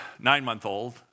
nine-month-old